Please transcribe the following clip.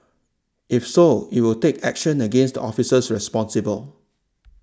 if so it will take action against the officers responsible